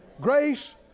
grace